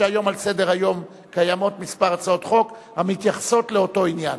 היום על סדר-היום קיימות כמה הצעות חוק המתייחסות לאותו עניין.